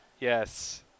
Yes